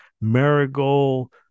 marigold